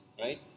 Right